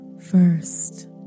first